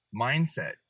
mindset